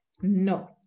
No